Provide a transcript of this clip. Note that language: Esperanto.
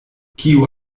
kiu